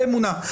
באמונה,